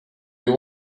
you